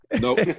Nope